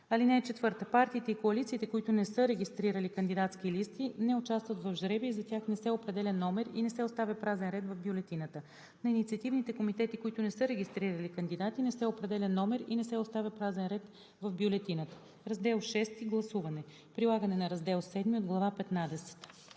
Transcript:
район. (4) Партиите и коалициите, които не са регистрирали кандидатски листи, не участват в жребия и за тях не се определя номер и не се оставя празен ред в бюлетината. На инициативните комитети, които не са регистрирали кандидати, не се определя номер и не се оставя празен ред в бюлетината. Раздел VI. Гласуване Прилагане на раздел VII от глава